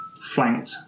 flanked